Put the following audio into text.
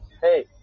Hey